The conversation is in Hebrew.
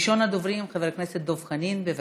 ראשון הדוברים, חבר הכנסת דב חנין, בבקשה.